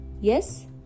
Yes